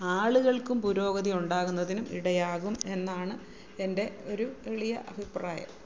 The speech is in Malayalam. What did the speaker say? ആളുകൾക്കും പുരോഗതി ഉണ്ടാകുന്നതിനും ഇടയാകും എന്നാണ് എൻ്റെ ഒരു എളിയ അഭിപ്രായം